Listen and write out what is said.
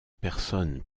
personnes